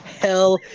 Hell